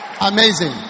Amazing